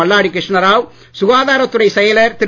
மல்லாடி கிருஷ்ணாராவ் சுகாதாரத் துறைச் செயலர் திரு